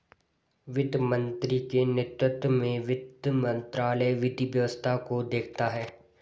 वित्त मंत्री के नेतृत्व में वित्त मंत्रालय विधि व्यवस्था को देखता है